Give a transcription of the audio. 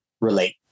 relate